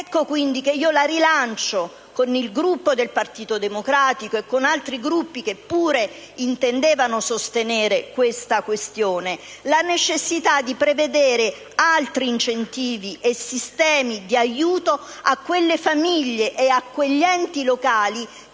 Ecco quindi che rilancio, con il Gruppo del Partito Democratico e con altri Gruppi che pure intendevano sostenere l'esigenza di affrontare questa questione, la necessità di prevedere altri incentivi e sistemi di aiuto a quelle famiglie e a quegli enti locali